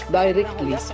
directly